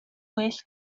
well